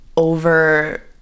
over